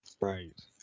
Right